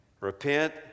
Repent